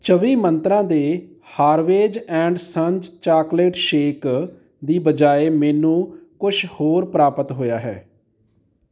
ਚੌਵੀ ਮੰਤਰਾਂ ਦੇ Harvey's and Sons chocolate shake ਦੀ ਬਜਾਏ ਮੈਨੂੰ ਕੁਛ ਹੋਰ ਪ੍ਰਾਪਤ ਹੋਇਆ ਹੈ